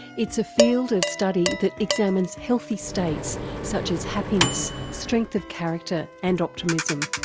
it's a field of study that examines healthy states such as happiness, strength of character and optimism.